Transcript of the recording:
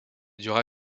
dura